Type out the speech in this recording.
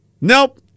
Nope